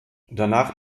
danach